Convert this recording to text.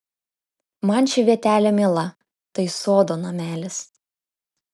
man ši vietelė miela tai sodo namelis